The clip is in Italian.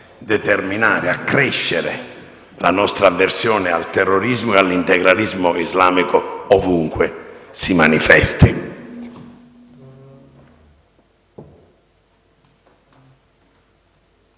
non può che accrescere la nostra avversione al terrorismo e all'integralismo islamico ovunque si manifestino.